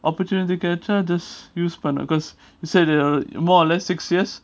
opportunity கிடைச்சா:kedacha just use பண்ணு:pannu because let's say they alre~ more or less six years